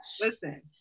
Listen